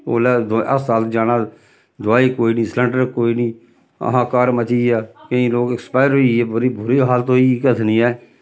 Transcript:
ओल्लै हस्पताल जाना दवाई कोई निं सिलंडर कोई निं आहाकार मची गेआ केईं लोक ऐक्सपायर होई गे बुरी बुरी हालत होई गेई कक्ख निं ऐ